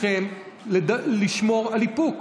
את הלשכה